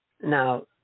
Now